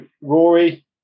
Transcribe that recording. Rory